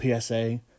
PSA